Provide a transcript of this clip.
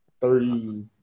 Thirty